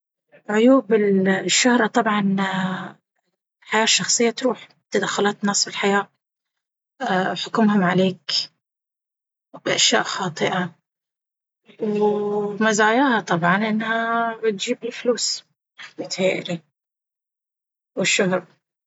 عيوب الشهرة طبعا الحياة الشخصية بتروح! تدخلات الناس في الحياة وحكمهم عليك بأشياء خاطئة ومزاياها طبعا انها بتجيب الفلوس يتهيأ لي والشهرة.